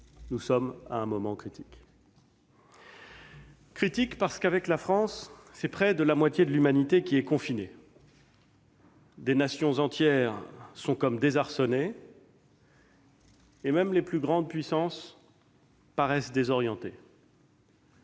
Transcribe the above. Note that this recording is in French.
nous sommes à un moment critique. Le moment est critique parce que, avec la France, c'est près de la moitié de l'humanité qui est confinée. Des nations entières sont comme désarçonnées, et même les plus grandes puissances paraissent désorientées.